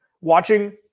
Watching